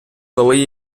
коли